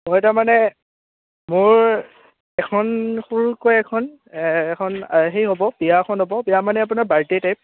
মই তাৰমানে মোৰ এখন সৰুকৈ এখন এখন সেই হ'ব বিয়া এখন হ'ব বিয়া মানে আপোনাৰ বাৰ্থডে টাইপ